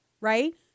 right